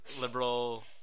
liberal